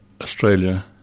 Australia